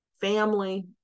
family